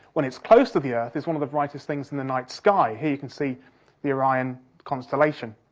when it's close to the earth, is one of the brightest things in the night sky. here you can see the orion constellation.